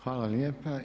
Hvala lijepa.